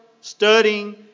studying